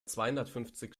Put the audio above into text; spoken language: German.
zweihundertfünfzig